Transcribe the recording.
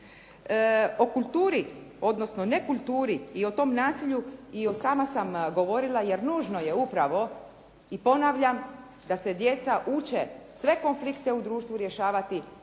O kulturi, odnosno nekulturi i o tom nasilju i sama sam govorila jer nužno je upravo i ponavljam da se djeca uče sve konflikte u društvu rješavati na miran